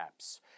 apps